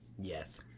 Yes